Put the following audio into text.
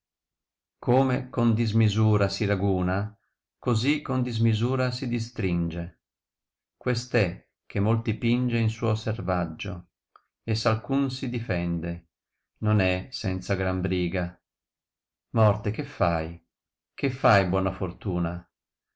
come con dismisura si raguua così con dismisura si distringe quest è che molti pinge in suo servaggio e s alcun si difende non è senza gran briga morte che fai che fai buona fortuna